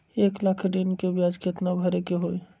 एक लाख ऋन के ब्याज केतना भरे के होई?